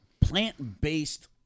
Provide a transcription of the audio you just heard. plant-based